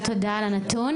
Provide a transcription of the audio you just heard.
להלן תרגומם: תודה על הנתון.